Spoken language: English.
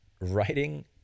writing